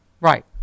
Right